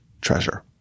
treasure